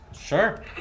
Sure